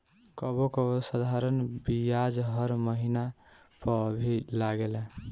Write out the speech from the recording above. कबो कबो साधारण बियाज हर महिना पअ भी लागेला